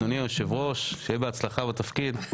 אדוני היושב ראש, שיהיה בהצלחה בתפקיד.